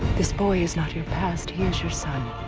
this boy is not your past, he is your son.